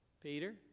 Peter